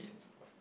meat and stuff